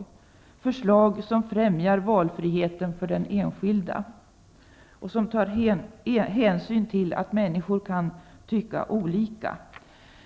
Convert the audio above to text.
Det är ett förslag som främjar valfriheten för den enskilde och som tar hänsyn till att människor kan tycka olika.